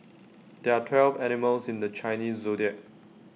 there are twelve animals in the Chinese Zodiac